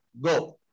Go